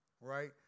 right